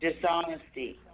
dishonesty